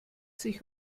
sich